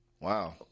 Wow